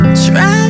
try